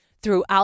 throughout